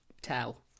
Tell